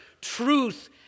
Truth